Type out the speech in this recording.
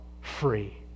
free